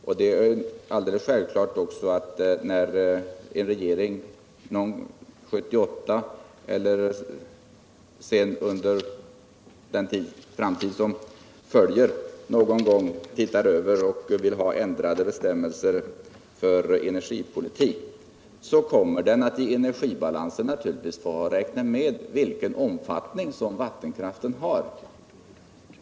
Det är också alldeles självklart att då en regering 1978 eller längre fram i tiden vill ändra bestämmelserna för energipolitiken, så kommer den att i energibalansen räkna med vilken omfattning vattenkraften har.